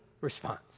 response